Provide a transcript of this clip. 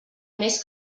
més